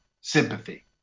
sympathy